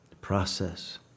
process